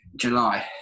July